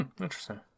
Interesting